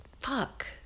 fuck